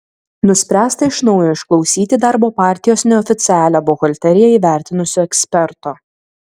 nuspręsta iš naujo išklausyti darbo partijos neoficialią buhalteriją įvertinusio eksperto